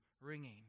ringing